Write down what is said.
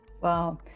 wow